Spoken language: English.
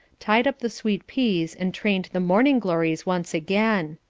tied up the sweet peas and trained the morning-glories once again.